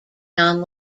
non